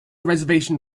reservation